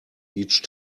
each